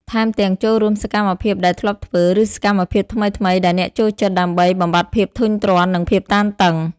ថែមទាំង ចូលរួមសកម្មភាពដែលធ្លាប់ធ្វើ ឬសកម្មភាពថ្មីៗដែលអ្នកចូលចិត្ត ដើម្បីបំបាត់ភាពធុញទ្រាន់ និងភាពតានតឹង។